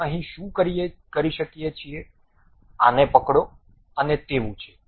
આપણે અહીં શું કરી શકીએ છીએ આને પકડો અને તેવું છે